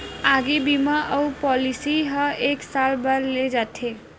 आगी बीमा अउ पॉलिसी ह एक साल बर ले जाथे